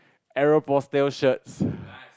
Aeropostale shirts